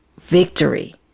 victory